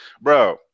bro